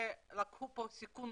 ולקחו פה סיכון